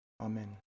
Amen